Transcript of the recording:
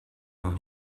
noch